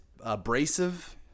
abrasive